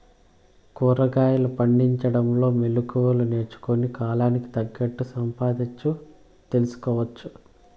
కూరగాయలు పండించడంలో మెళకువలు నేర్చుకుని, కాలానికి తగినట్లు సంపాదించు తెలుసుకోవచ్చు